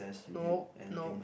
no no